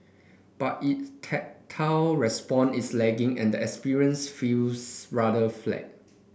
but its tactile response is lacking and the experience feels rather flat